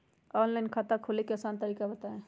Online खाता खोले के आसान तरीका बताए?